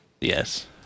Yes